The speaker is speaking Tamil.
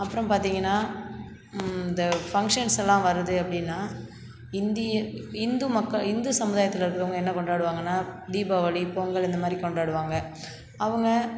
அப்புறம் பார்த்தீங்கன்னா இந்த ஃபங்க்ஷன்ஸ் எல்லாம் வருது அப்படினா இந்திய இந்து மக்கள் இந்து சமுதாயத்தில் இருக்கிறவங்க என்ன கொண்டாடுவாங்கன்னா தீபாவளி பொங்கல் இந்தமாதிரி கொண்டாடுவாங்கள் அவங்க